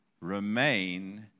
Remain